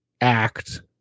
act